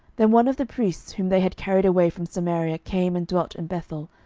then one of the priests whom they had carried away from samaria came and dwelt in bethel,